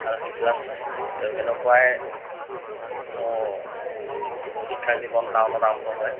আৰু সেই ক্লাছ চেভেনৰ পৰাই মোৰ শিক্ষা জীৱন টাউনত আৰম্ভ হয়